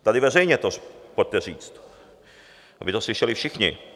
Tady veřejně to pojďte říct, aby to slyšeli všichni.